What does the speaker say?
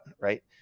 right